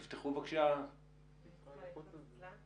זה תהליך ופרויקט שהתחיל עוד לפני עידן